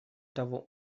того